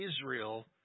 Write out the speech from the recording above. Israel